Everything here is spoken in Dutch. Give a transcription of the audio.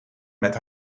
met